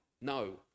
No